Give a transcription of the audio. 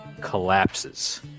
collapses